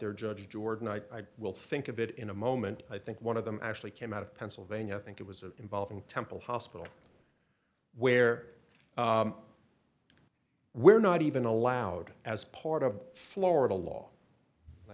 there judge jordan i will think of it in a moment i think one of them actually came out of pennsylvania think it was a involving temple hospital where we're not even allowed as part of florida law i